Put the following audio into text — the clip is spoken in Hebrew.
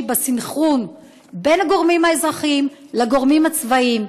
בסנכרון בין הגורמים האזרחיים לגורמים הצבאיים,